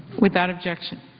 without objection.